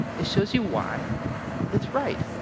it shows you why it's right.